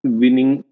winning